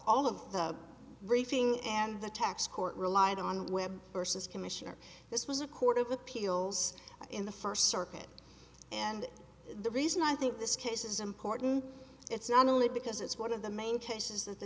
all of the briefing and the tax court relied on web versus commissioner this was a court of appeals in the first circuit and the reason i think this case is important it's not only because it's one of the main cases that the